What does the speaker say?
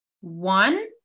one